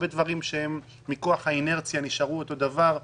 יש הרבה דברים שהם מכוח האינרציה נשארו אותו דבר,